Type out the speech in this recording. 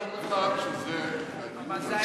אני אומר לך שהדיון הזה אינו כפי שמדווחים.